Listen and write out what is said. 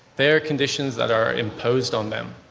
they are conditions that are imposed on them.